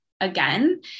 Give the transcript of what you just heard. again